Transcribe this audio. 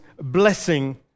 blessing